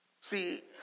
See